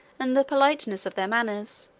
and the politeness of their manners.